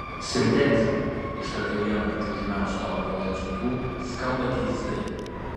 sentencija ištarta vieno pačių žymiausių italų grožio centrų skamba keistai